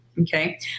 Okay